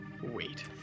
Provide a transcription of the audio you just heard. wait